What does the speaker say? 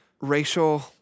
racial